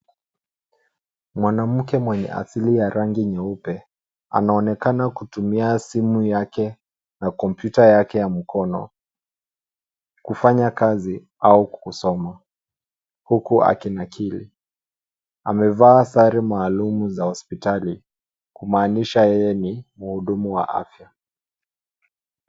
Mwanamke mwenye asili ya rangi nyeupe, anaonekana kutumia simu yake na kompyuta yake ya mkono kufanya kazi au kusoma huku akinakili. Amevaa sare maalumu za hospitali, kumaanisha yeye ni mhudumu wa afya.